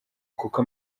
kuko